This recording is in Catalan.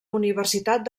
universitat